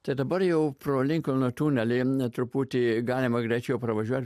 tai dabar jau pro linkolno tunelį net truputį galima greičiau pravažiuoti